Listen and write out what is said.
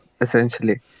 essentially